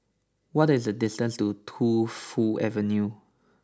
what is the distance to Tu Fu Avenue